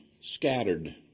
scattered